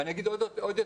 אני אגיד עוד יותר.